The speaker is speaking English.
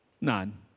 none